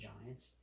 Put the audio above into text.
Giants